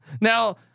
now